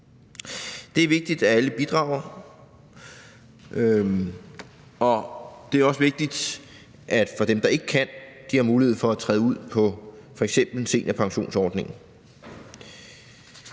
Det er vigtigt, at alle bidrager. Det er også vigtigt, at dem, der ikke kan, har mulighed for at træde ud på f.eks. seniorpensionsordningen.